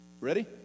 ready